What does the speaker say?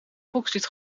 volkslied